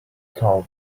girl